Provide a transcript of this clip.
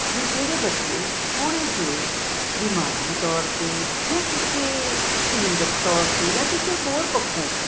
ਵੀ ਜਿਹੜੇ ਬੱਚੇ ਥੋੜ੍ਹੇ ਜਿਹੇ ਦਿਮਾਗੀ ਤੌਰ 'ਤੇ ਜਾਂ ਕਿਸੇ ਸ਼ਰੀਰਕ ਤੌਰ 'ਤੇ ਜਾਂ ਕਿਸੇ ਹੋਰ ਪੱਖੋਂ